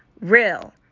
real